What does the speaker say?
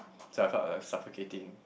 so I felt like suffocating